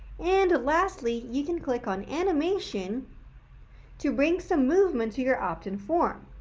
and lastly you can click on animation to bring some movement to your opt-in form.